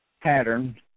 pattern